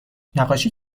نقاشی